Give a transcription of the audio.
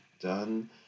done